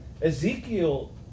Ezekiel